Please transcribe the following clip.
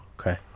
okay